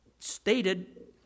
Stated